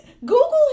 Google